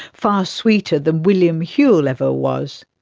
far sweeter than william whewell ever was.